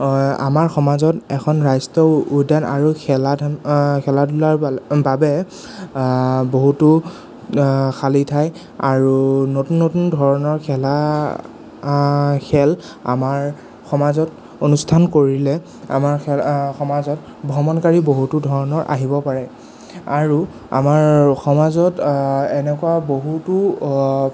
আমাৰ সমাজত এখন ৰাষ্ট্ৰীয় উদ্যান আৰু খেলাধন খেলাধূলাৰ বাবে বহুতো খালি ঠাই আৰু নতুন নতুন ধৰণৰ খেলা খেল আমাৰ সমাজত অনুষ্ঠান কৰিলে আমাৰ খেল আমাৰ সমাজত ভ্ৰমণকাৰী বহুতো ধৰণৰ আহিব পাৰে আৰু আমাৰ সমাজত এনেকুৱা বহুতো